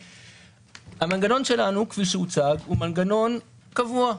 המנגנון שלנו, כפי שהוצג, הוא מנגנון קבוע.